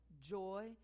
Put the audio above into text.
joy